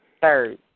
Third